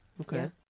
okay